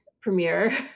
premiere